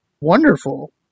wonderful